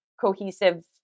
cohesive